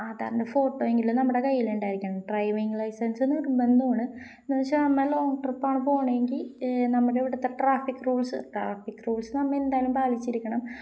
ആധാരിന്റെ photo എങ്കിലും നമ്മുടെ കയ്യിലുണ്ടായിരിക്കണം ഡ്രൈവിംഗ് ലൈസൻസ് നിർബന്ധമാണ് എന്നുവെച്ചാല് നമ്മള് ലോങ്ങ് ട്രിപ്പാണ് പോകുന്നതെങ്കില് നമ്മുടെ ഇവിടത്തെ ട്രാഫിക് റൂൾസ് ട്രാഫിക് റൂൾസ് നമ്മള് എന്തായാലും പാലിച്ചിരിക്കണം